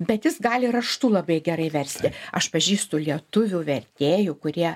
bet jis gali raštu labai gerai versti aš pažįstu lietuvių vertėjų kurie